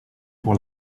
pour